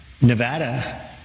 Nevada